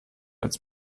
als